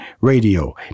radio